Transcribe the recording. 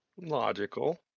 Logical